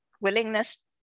willingness